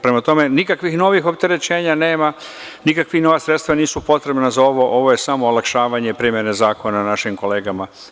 Prema tome, nikakvih novih opterećenja nema, nikakva nova sredstva nisu potrebna, već je ovo samo olakšavanje primene zakona našim kolegama.